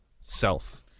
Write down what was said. self